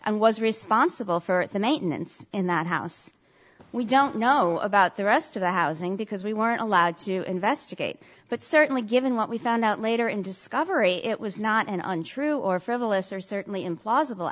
and was responsible for the maintenance in that house we don't know about the rest of the housing because we weren't allowed to investigate but certainly given what we found out later in discovery it was not an untrue or frivolous or certainly implausible